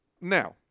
Now